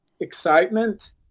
excitement